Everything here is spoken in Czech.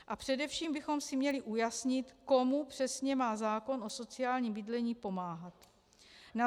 A především bychom si měli ujasnit, komu přesně má zákon o sociálním bydlení pomáhat.